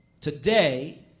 Today